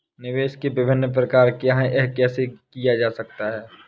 निवेश के विभिन्न प्रकार क्या हैं यह कैसे किया जा सकता है?